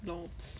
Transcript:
LOLS